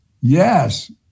Yes